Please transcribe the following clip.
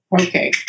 Okay